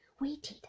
waited